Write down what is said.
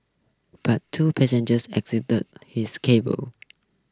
but two passengers his